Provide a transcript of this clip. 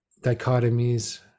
dichotomies